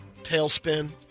tailspin